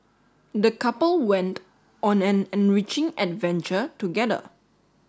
the couple went on an enriching adventure together